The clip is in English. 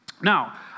Now